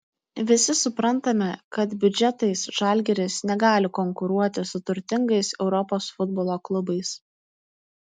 visi suprantame kad biudžetais žalgiris negali konkuruoti su turtingais europos futbolo klubais